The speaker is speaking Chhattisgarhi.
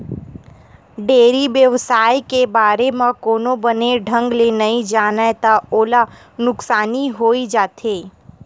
डेयरी बेवसाय के बारे म कोनो बने ढंग ले नइ जानय त ओला नुकसानी होइ जाथे